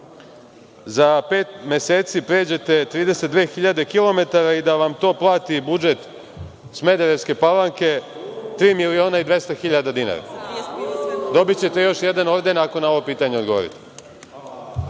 za pet meseci pređete 32.000 kilometara i da vam to plati budžet Smederevske Palanke, 3.200.000 dinara? Dobićete još jedan orden ako na ovo pitanje odgovorite.